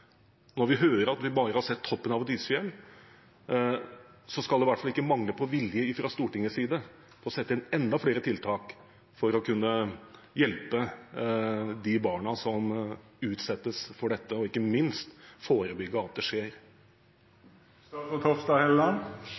når vi ser disse grusomme statistikkene og hører at vi bare har sett toppen av et isfjell, skal det i hvert fall ikke mangle på vilje fra Stortingets side til å sette inn enda flere tiltak for å kunne hjelpe de barna som utsettes for dette, og ikke minst forebygge at det